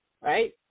right